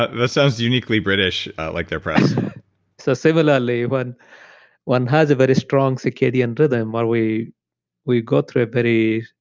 it. that sounds uniquely british like their press so similarly, when one has a very strong circadian rhythm while we we go through a but very